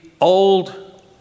old